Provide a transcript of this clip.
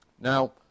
Now